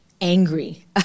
angry